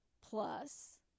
plus